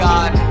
God